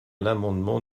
l’amendement